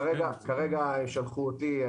כרגע שלחו אותי.